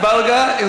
אזברגה,